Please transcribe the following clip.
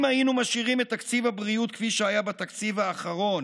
אם היינו משאירים את תקציב הבריאות כפי שהיה בתקציב האחרון